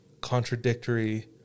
contradictory